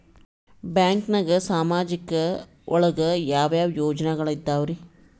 ಬ್ಯಾಂಕ್ನಾಗ ಸಾಮಾಜಿಕ ಒಳಗ ಯಾವ ಯಾವ ಯೋಜನೆಗಳಿದ್ದಾವ್ರಿ?